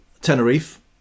Tenerife